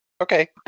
Okay